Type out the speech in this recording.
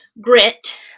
Grit